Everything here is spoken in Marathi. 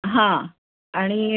हां आणि